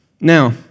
Now